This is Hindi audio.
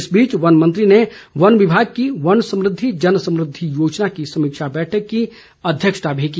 इस बीच वन मंत्री ने वन विभाग की वन समृद्धि जन समृद्धि योजना की समीक्षा बैठक की अध्यक्षता भी की